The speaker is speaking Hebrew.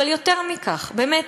אבל יותר מכך, באמת,